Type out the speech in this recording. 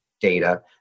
data